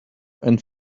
and